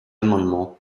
amendements